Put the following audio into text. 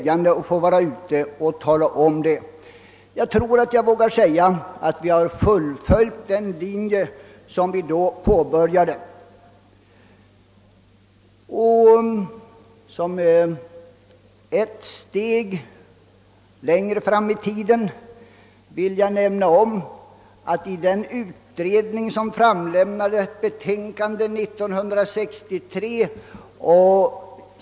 Jag tror att jag vågar säga att vi sedan fullföljt den linje vi då påbörjade. Jag vill också gå ett steg längre fram i tiden och påminna om den utredning om arbetslöshetsförsäkring som framlade sitt betänkande år 1963.